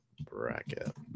bracket